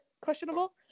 questionable